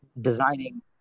designing